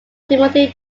timothy